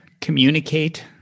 communicate